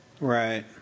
Right